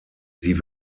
sie